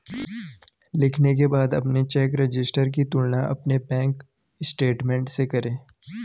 लिखने के बाद अपने चेक रजिस्टर की तुलना अपने बैंक स्टेटमेंट से करें